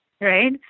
Right